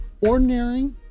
ordinary